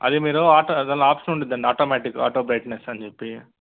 అది మీరు ఆటో దాంట్లో ఆప్షన్ ఉంటుంది అండి ఆటోమేటిక్ ఆటో బ్రైట్నెస్ అని చెప్పి